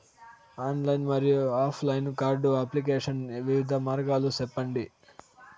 Online మరియు offline card application వివిధ మార్గాలు సెప్పండి?